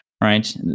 right